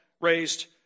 raised